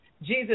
Jesus